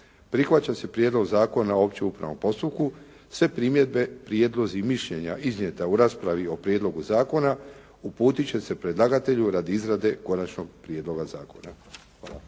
Prihvaća se Prijedlog zakona o općem upravnom postupku. Sve primjedbe, prijedlozi i mišljenja iznijeta u raspravi o prijedlogu zakona uputiti će se predlagatelju radi izrade Konačnog prijedloga zakona.